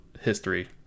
history